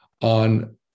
on